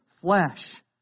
flesh